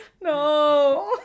No